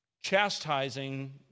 chastising